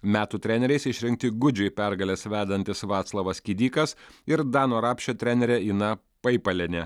metų treneriais išrinkti gudžių į pergales vedantis vaclovas kidykas ir dano rapšio trenerė ina paipalienė